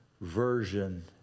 version